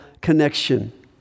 connection